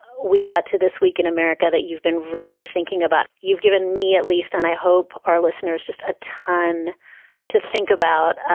we got to this week in america that you've been really thinking about. you've given me, at least, and i hope our listeners just a ton to think about.